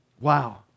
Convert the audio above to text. Wow